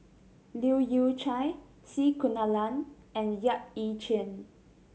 Leu Yew Chye C Kunalan and Yap Ee Chian